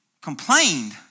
complained